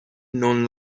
known